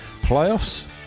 playoffs